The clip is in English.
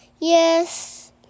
Yes